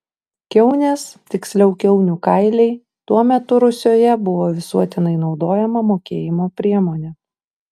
kiaunės tiksliau kiaunių kailiai tuo metu rusioje buvo visuotinai naudojama mokėjimo priemonė